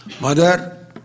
Mother